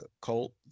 Colt